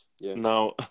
now